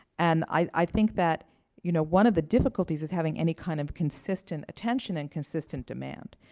and i think that you know one of the difficulties is having any kind of consistent attention and consistent demand,